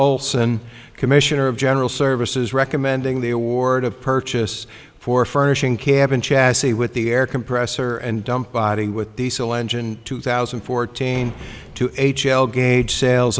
olson commissioner of general services recommending the award of purchase for furnishing cabin chassis with the air compressor and dump body with diesel engine two thousand and fourteen two h l gage sales